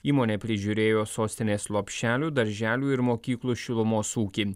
įmonė prižiūrėjo sostinės lopšelių darželių ir mokyklų šilumos ūkį